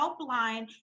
helpline